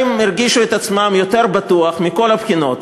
הם הרגישו את עצמם יותר בטוחים מכל הבחינות,